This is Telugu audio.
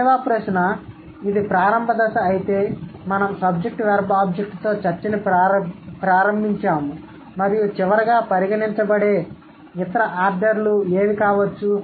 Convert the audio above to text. రెండవ ప్రశ్న ఇది ప్రారంభ దశ అయితే మేము SVOతో చర్చను ప్రారంభించాము మరియు చివరిగా పరిగణించబడే ఇతర ఆర్డర్లు ఏవి కావచ్చు